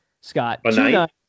Scott